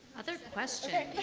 other questions?